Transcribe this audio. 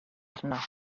arno